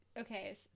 okay